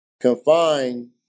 confine